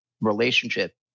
relationship